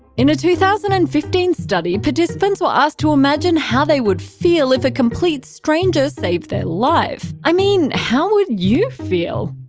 in a two thousand and fifteen study, participants were asked to imagine how they would feel if a complete stranger saved their life. i mean, how would you feel?